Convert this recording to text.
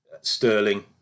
Sterling